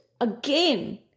again